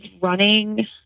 running